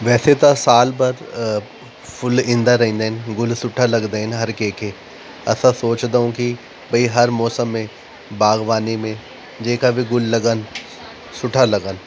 वैसे त साल भर फ़ुल ईंदा रहंदा आहिनि गुल सुठा लगंदा आहिनि हर कंहिंखे असां सोचंदा आहियूं की भई हर मौसम में बागवानी में जेका बि गुल लॻन सुठा लॻन